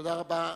תודה רבה.